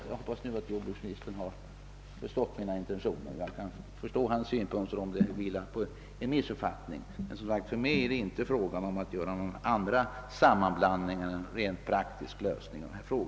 Jag hoppas att jordbruksministern har förstått mina intentioner. Jag kan förstå om jordbruksministerns tidigare synpunkter vilar på en missuppfattning. För mig är det endast fråga om att åstadkomma en rent praktisk lösning.